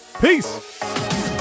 peace